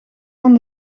van